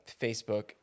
Facebook